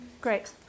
Great